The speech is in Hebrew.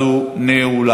16:00.